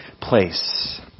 place